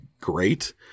great